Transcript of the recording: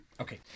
Okay